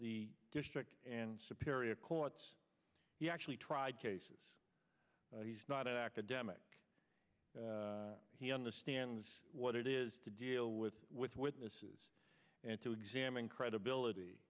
the district and superior court he actually tried cases he's not an academic he understands what it is to deal with with witnesses and to examine credibility